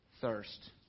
thirst